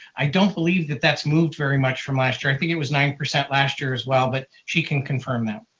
i don't believe that that's moved very much from last year. i think it was nine percent last year as well, but she can confirm them.